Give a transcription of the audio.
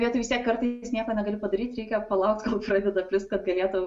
bet vis tiek kartais nieko negali padaryt reikia palaukt kol pradeda plist kad galėtų